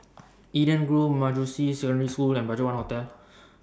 Eden Grove Manjusri Secondary School and BudgetOne Hotel